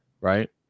right